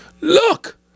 look